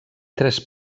tres